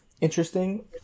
interesting